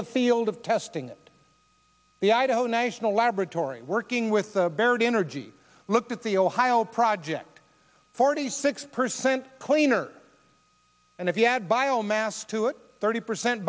the field of testing the idaho national laboratory working with baird energy looked at the ohio project forty six percent cleaner and if you add bio mass to it thirty percent